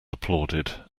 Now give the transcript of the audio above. applauded